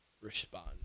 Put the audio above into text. respond